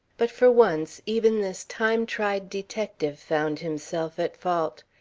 but for once even this time-tried detective found himself at fault.